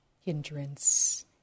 hindrance